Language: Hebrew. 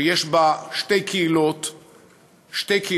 שיש בה שתי קהילות גדולות,